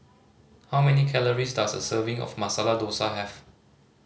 how many calories does a serving of Masala Dosa have